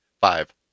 Five